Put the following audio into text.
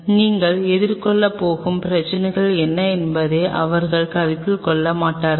நீங்கள் எதிர்கொள்ளப் போகும் பிரச்சினைகள் என்ன என்பதை அவர்கள் கருத்தில் கொள்ள மாட்டார்கள்